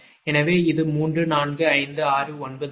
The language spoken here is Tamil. எனவே இது 34569 ஆகும்